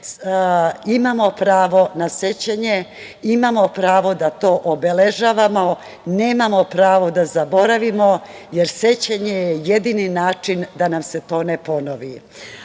Imamo prvo na sećanje, imamo pravo da to obeležavamo, nemamo pravo da zaboravimo, jer sećanje je jedini način da nam se to ne ponovi. Sada